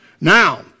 Now